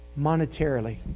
monetarily